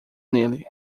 nele